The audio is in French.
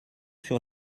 sur